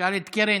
תשאל את קרן.